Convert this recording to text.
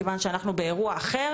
מכיוון שאנחנו באירוע אחר,